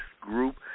group